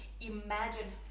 imagine